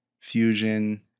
fusion